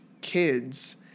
kids